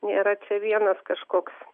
nėra čia vienas kažkoks